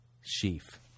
sheaf